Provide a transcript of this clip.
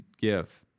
give